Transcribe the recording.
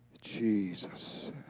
Jesus